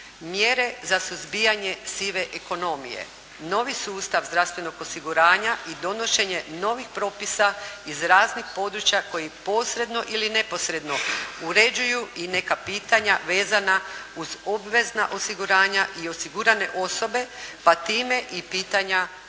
Mjere za suzbijanje sive ekonomije. Novi sustav zdravstvenog osiguranja i donošenje novih propisa iz raznih područja koji posredno ili neposredno uređuju i neka pitanja vezana uz obvezna osiguranja i osigurane osobe pa time i pitanja